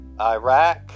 Iraq